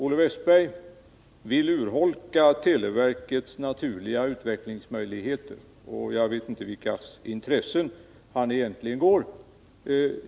Olle Wästberg vill urholka televerkets naturliga utvecklingsmöjligheter, och jag vet inte vilkas intressen han egentligen går.